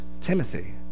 Timothy